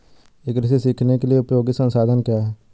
ई कृषि सीखने के लिए उपयोगी संसाधन क्या हैं?